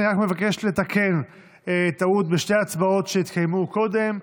אני רק מבקש לתקן טעות בשתי ההצבעות שהתקיימו קודם,